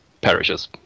perishes